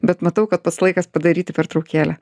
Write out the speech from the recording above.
bet matau kad pats laikas padaryti pertraukėlę